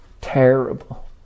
terrible